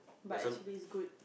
but actually it's good